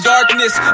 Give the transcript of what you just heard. Darkness